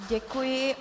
Děkuji.